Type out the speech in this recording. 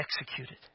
executed